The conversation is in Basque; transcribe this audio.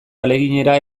ahaleginera